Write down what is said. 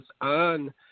on